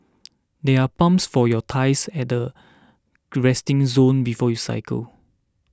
there are pumps for your tyres at the resting zone before you cycle